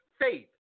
faith